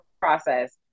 process